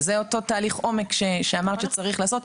וזה אותו תהליך עומק שאמרת שצריך לעשות,